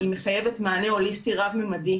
מחייבת מענה הוליסטי רב ממדי.